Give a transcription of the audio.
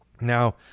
Now